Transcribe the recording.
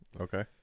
Okay